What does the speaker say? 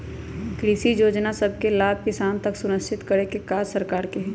कृषि जोजना सभके लाभ किसान तक सुनिश्चित करेके काज सरकार के हइ